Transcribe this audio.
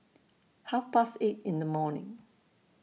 Half Past eight in The morning